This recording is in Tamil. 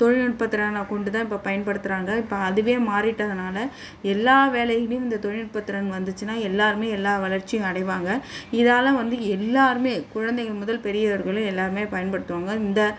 தொலில்நுட்ப திறனை கொண்டு தான் இப்போ பயன்படுத்துறாங்க இப்போ அதுவே மாறிவிட்டதுனால எல்லா வேலையிலும் இந்த தொழில்நுட்ப திறன் வந்துச்சுன்னா எல்லாருமே எல்லா வளர்ச்சியும் அடைவாங்க இதால் வந்து எல்லாருமே குழந்தைங்க முதல் பெரியவர்களே எல்லாருமே பயன்படுத்துவாங்க இந்த